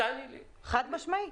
מצוין.